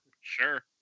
Sure